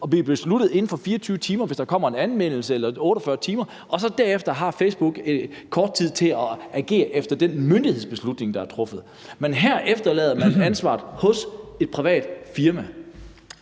og blive besluttet inden for 24 timer, hvis der kommer en anmeldelse, eller 48 timer – og så har Facebook derefter kort tid til at agere efter den myndighedsbeslutning, der er truffet. Men her overlader man ansvaret til et privat firma.